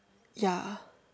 ya